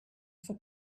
for